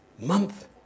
month